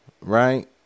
right